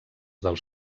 dels